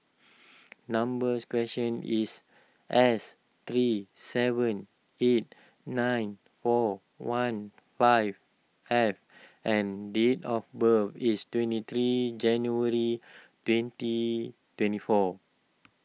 numbers question is S three seven eight nine four one five F and date of birth is twenty three January twenty twenty four